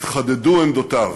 התחדדו עמדותיו.